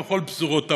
בכל פזורות העולם.